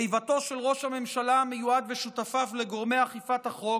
איבתו של ראש הממשלה המיועד ושותפיו לגורמי אכיפת החוק,